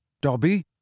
Dobby